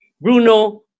Bruno